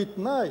בתנאי